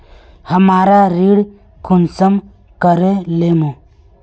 हमरा ऋण कुंसम करे लेमु?